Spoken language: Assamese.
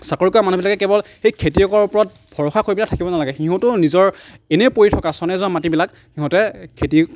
চাকৰি কৰা মানুহবিলাকে কেৱল এই খেতিয়কৰ ওপৰত ভৰসা কৰি পেলাই থাকিব নালাগে সিহঁতেও নিজৰ এনেই পৰি থকা চনে যোৱা মাটিবিলাক সিহঁতে খেতি